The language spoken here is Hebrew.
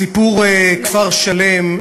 סיפור כפר-שלם,